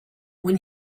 when